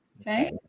Okay